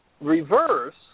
reverse